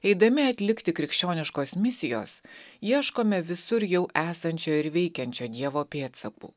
eidami atlikti krikščioniškos misijos ieškome visur jau esančio ir veikiančio dievo pėdsakų